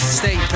stay